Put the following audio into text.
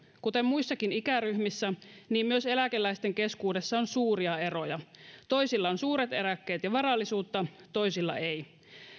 kuten muissakin ikäryhmissä myös eläkeläisten keskuudessa on suuria eroja toisilla on suuret eläkkeet ja varallisuutta toisilla ei